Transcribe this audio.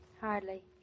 Hardly